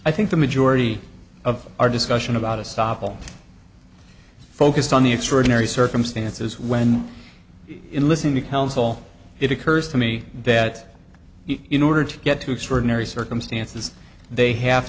i think the majority of our discussion about a stop all focused on the extraordinary circumstances when in listening to counsel it occurs to me that in order to get to extraordinary circumstances they have